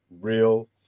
real